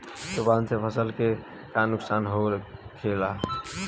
तूफान से फसल के का नुकसान हो खेला?